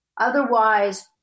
Otherwise